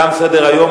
תם סדר-היום.